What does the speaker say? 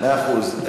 מאה אחוז.